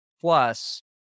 plus